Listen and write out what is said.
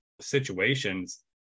situations